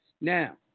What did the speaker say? Now